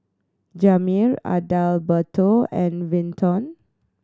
Jamir Adalberto and Vinton